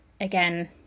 again